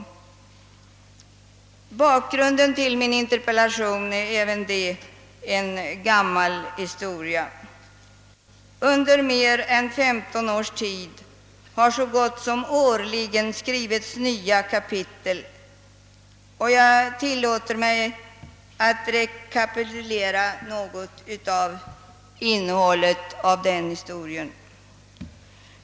Även bakgrunden till interpellationen är en gammal historia. Under mer än 15 års tid har det nära nog årligen skrivits nya kapitel, och jag tillåter mig att här rekapitulera en del av innehållet i den historien.